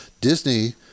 Disney